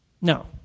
No